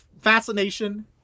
fascination